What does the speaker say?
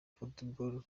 football